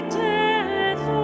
death